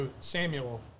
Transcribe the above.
Samuel